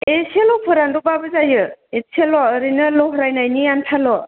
एसेल' फोरानदब्बाबो जायो एसेल' ओरैनो लह्रायनायनि आनथाल'